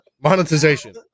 Monetization